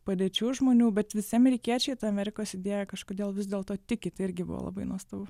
padėčių žmonių bet visi amerikiečiai ta amerikos idėja kažkodėl vis dėlto tiki tai irgi buvo labai nuostabu